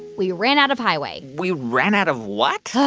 we ran out of highway we ran out of what?